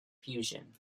fusion